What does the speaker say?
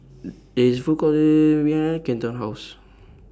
There IS Food Court Kenton's House